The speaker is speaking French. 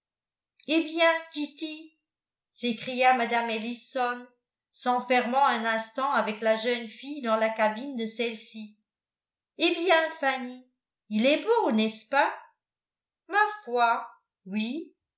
eh bien kitty s'écria mme ellison s'enfermant un instant avec la jeune fille dans la cabine de celle-ci eh bien fanny il est beau n'est-ce pas ma foi oui